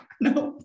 No